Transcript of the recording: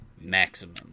maximum